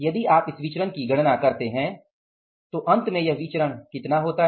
यदि आप इस विचरण की गणना करते हैं तो अंत में यह विचरण कितना होता है